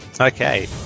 Okay